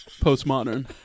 post-modern